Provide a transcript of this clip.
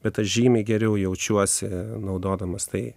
bet aš žymiai geriau jaučiuosi naudodamas tai